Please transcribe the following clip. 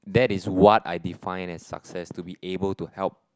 that is what I define as success to be able to help